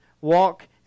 walk